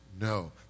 no